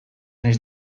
naiz